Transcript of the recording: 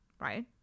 right